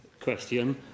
question